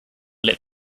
let